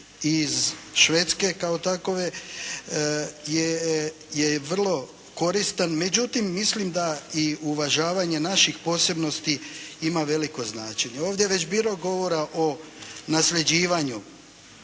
iz Švedske kao takove, je vrlo koristan. Međutim, mislim da i uvažavanje naših posebnosti ima veliko značenje. Ovdje je već bilo govora o nasljeđivanju,